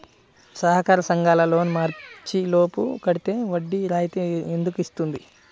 సహకార సంఘాల loan March లోపు కట్టితే వడ్డీ రాయితీ ఎందుకు ఇస్తుంది?